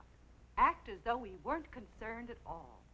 up act as though we weren't concerned at all